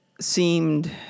seemed